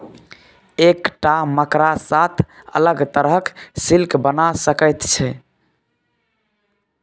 एकटा मकड़ा सात अलग तरहक सिल्क बना सकैत छै